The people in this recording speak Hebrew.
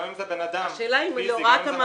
גם אם זה בן אדם --- השאלה אם בהוראת המעבר